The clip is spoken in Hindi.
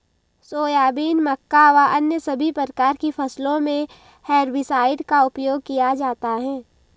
सोयाबीन, मक्का व अन्य सभी प्रकार की फसलों मे हेर्बिसाइड का उपयोग किया जाता हैं